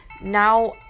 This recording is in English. now